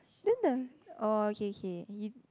then the oh okay okay you